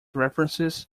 references